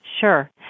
sure